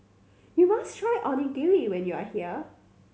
you must try Onigiri when you are here